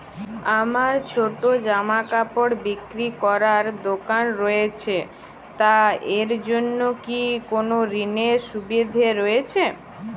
আমার ছোটো জামাকাপড় বিক্রি করার দোকান রয়েছে তা এর জন্য কি কোনো ঋণের সুবিধে রয়েছে?